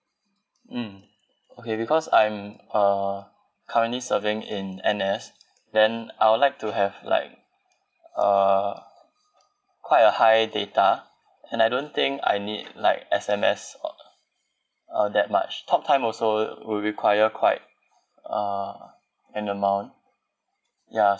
mm okay because I'm uh currently serving in N_S then I'll like to have like uh quite a high data and I don't think I need like S_M_S uh all that much talk time also will require quite uh an amount ya